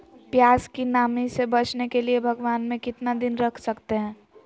प्यास की नामी से बचने के लिए भगवान में कितना दिन रख सकते हैं?